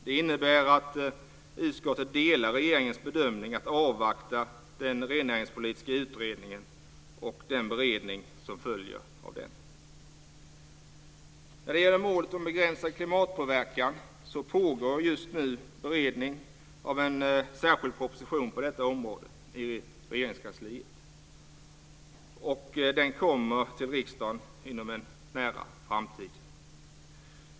Det innebär att utskottet delar regeringens bedömning att avvakta den rennäringspolitiska utredningen och den beredning som följer av den. När det gäller målet om begränsad klimatpåverkan pågår just nu beredning av en särskild proposition på detta område i Regeringskansliet. Den kommer till riksdagen inom en nära framtid.